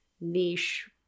niche